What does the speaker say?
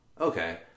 okay